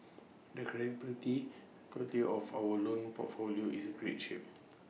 the quality of our loan portfolio is great shape